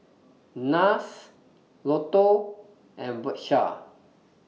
Nars Lotto and Bershka